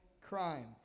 crime